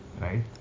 right